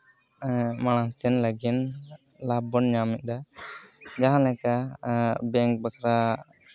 ᱢᱟᱲᱟᱝ ᱥᱮᱫ ᱞᱟᱹᱜᱤᱱ ᱞᱟᱵᱷ ᱵᱚᱱ ᱧᱟᱢ ᱮᱫᱟ ᱡᱟᱦᱟᱸ ᱞᱮᱠᱟ ᱵᱮᱝᱠ ᱵᱟᱠᱷᱨᱟ